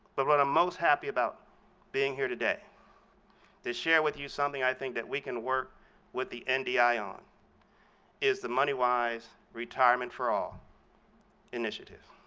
but what i'm most happy about being here today to share with you something i think that we can work with the and ndi on is the moneywise retirement for all initiative.